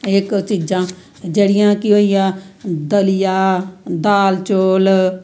एह् चीजां जेह्ड़ियां के होइया दलियां दाल चौल